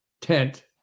tent